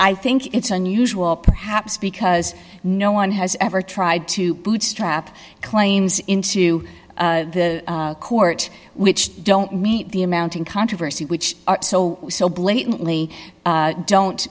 i think it's unusual perhaps because no one has ever tried to bootstrap claims into the court which don't meet the amount in controversy which are so blatantly don't